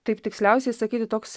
taip tiksliausiai sakyti toks